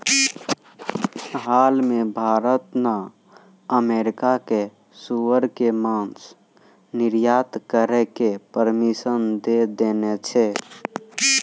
हाल मॅ भारत न अमेरिका कॅ सूअर के मांस निर्यात करै के परमिशन दै देने छै